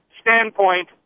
standpoint